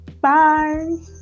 bye